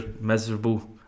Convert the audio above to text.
miserable